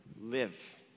live